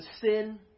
sin